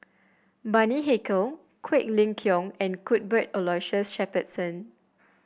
Bani Haykal Quek Ling Kiong and Cuthbert Aloysius Shepherdson